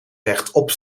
rechtop